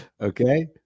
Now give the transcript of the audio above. okay